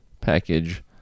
package